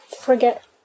forget